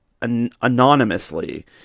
anonymously